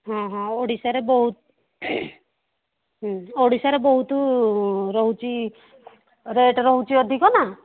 ହଁ ହଁ ଓଡ଼ିଶାରେ ବହୁତ ଓଡ଼ିଶାରେ ବହୁତ ରହୁଛି ରେଟ୍ ରହୁଛି ଅଧିକ ନା